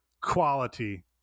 quality